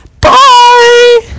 bye